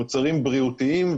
מוצרים בריאותיים.